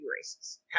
races